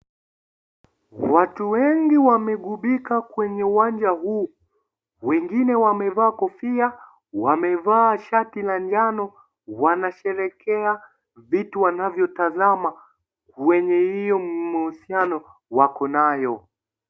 Watu wengi wamegubika kwenye uwanja huu, wengine wamevaa kofia, wamevaa shati la njano wanasherehekea vitu wanavyotazama kwenye hiyo mahusiano wako nayo.